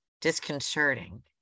disconcerting